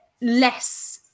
less